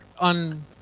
on